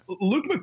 Luke